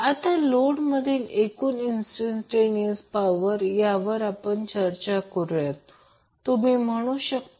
तर या प्रकरणात हा लाईन करंट आहे हा लाईन करंट आहे तोच करंट या फेजमधे जात आहे म्हणून हा फेज करंट आहे